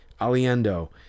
Aliendo